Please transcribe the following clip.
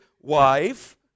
wife